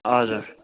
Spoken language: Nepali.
हजुर